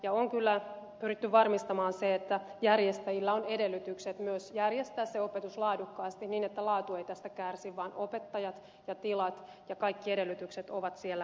ja on kyllä pyritty varmistamaan se että järjestäjillä on edellytykset myös järjestää se opetus laadukkaasti niin että laatu ei tästä kärsi vaan opettajat ja tilat ja kaikki edellytykset ovat siellä valmiina